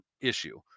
issue